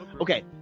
okay